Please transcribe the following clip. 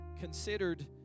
considered